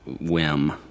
whim